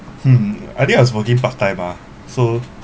mm I think I was working part time ah so